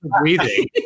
breathing